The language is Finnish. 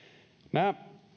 nämä